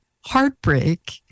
heartbreak